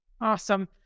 Awesome